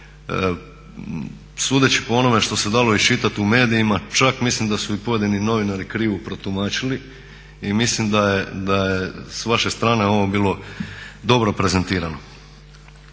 sudeći po onome što se dalo iščitat u medijima čak mislim da su i pojedini novinari krivo protumačili i mislim da je s vaše strane ovo bilo dobro prezentirano.